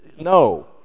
no